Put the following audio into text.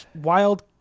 Wild